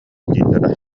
дииллэрэ